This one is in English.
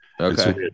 Okay